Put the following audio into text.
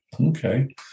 okay